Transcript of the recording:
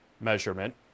measurement